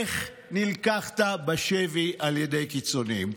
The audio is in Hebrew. איך נלקחת בשבי על ידי קיצוניים.